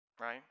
right